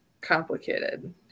complicated